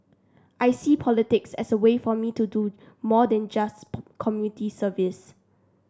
I see politics as a way for me to do more than just community service